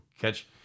catch